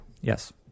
Yes